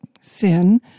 sin